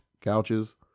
couches